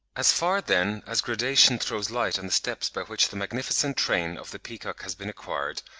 as far, then, as gradation throws light on the steps by which the magnificent train of the peacock has been acquired,